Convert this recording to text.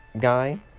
guy